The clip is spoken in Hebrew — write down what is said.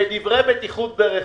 ודברי בטיחות ברכב,